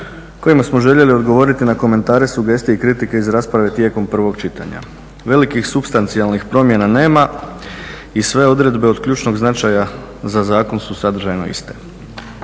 kojima smo željeli odgovoriti na komentare, sugestije i kritike iz rasprave tijekom prvog čitanja. Velikih supstancijalnih promjena nema i sve odredbe od ključnog značaja za zakon su sadržajno iste.